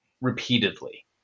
repeatedly